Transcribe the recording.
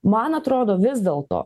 man atrodo vis dėl to